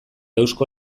eusko